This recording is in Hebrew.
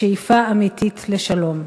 שאיפה אמיתית לשלום.